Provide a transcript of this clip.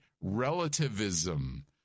relativism